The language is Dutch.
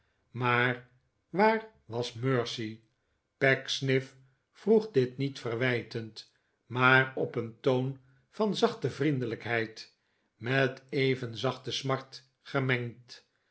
maar waar was mercy pecksniff vroeg dit niet verwijtend maar op een toon van zachte vriendelijkheid met even zachte smart gemengd